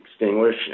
extinguish